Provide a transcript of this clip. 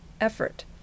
effort